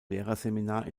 lehrerseminar